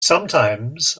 sometimes